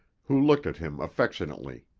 who looked at him affectionately.